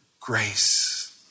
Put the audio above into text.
grace